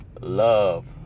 love